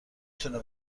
تونه